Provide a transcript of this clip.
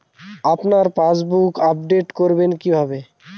আপনার passbook update করবেন কিভাবে?